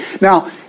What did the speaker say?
Now